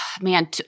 man